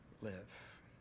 live